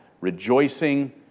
rejoicing